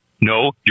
no